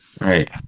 Right